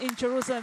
(מחיאות כפיים)